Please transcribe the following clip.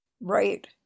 Right